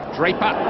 Draper